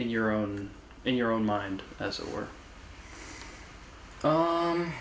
in your own in your own mind as it were